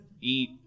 eat